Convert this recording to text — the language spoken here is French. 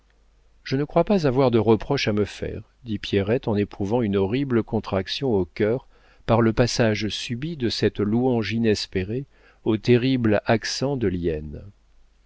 je ne crois pas avoir de reproches à me faire dit pierrette en éprouvant une horrible contraction au cœur par le passage subit de cette louange inespérée au terrible accent de l'hyène